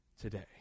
today